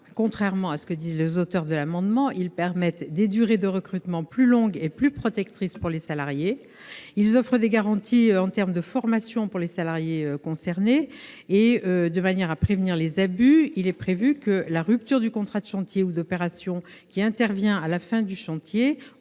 Contrairement à ce que disent les auteurs de l'amendement, ils autorisent des durées de recrutement plus longues et plus protectrices pour les salariés. Ils offrent en outre des garanties en matière de formation pour ces mêmes salariés. Par ailleurs, afin de prévenir les abus, il est prévu que la rupture du contrat de chantier ou d'opération qui intervient à la fin du chantier,